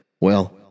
Well